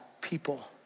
people